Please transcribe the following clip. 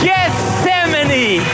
Gethsemane